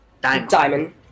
Diamond